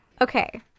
Okay